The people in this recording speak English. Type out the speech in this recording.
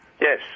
Yes